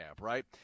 right